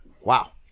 Wow